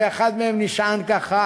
ואחד מהם נשען ככה,